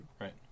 Right